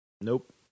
Nope